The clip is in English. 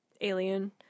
alien